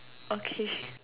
okay